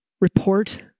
report